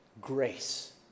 Grace